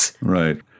Right